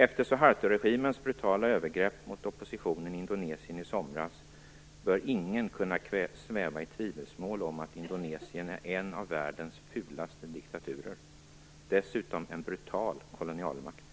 Efter Suhartoregimens brutala övergrepp mot oppositionen i Indonesien i somras bör ingen kunna sväva i tvivelsmål om att Indonesien är en av världens fulaste diktaturer, och dessutom en brutal kolonialmakt.